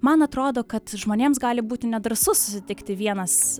man atrodo kad žmonėms gali būti nedrąsu susitikti vienas